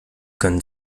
können